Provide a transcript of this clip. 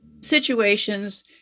situations